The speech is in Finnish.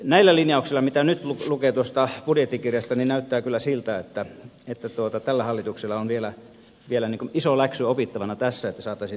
näillä linjauksilla mitä nyt lukee tuosta budjettikirjassa näyttää kyllä siltä että tällä hallituksella on vielä iso läksy opittavana tässä että saataisiin tämä toteutettua